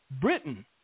Britain